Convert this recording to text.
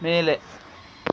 ಮೇಲೆ